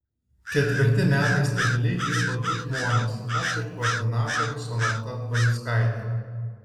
ketvirti metai stabiliai dirba du žmonės aš ir koordinatorė sonata baliuckaitė